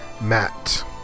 Matt